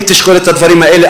אם תשקול את הדברים האלה,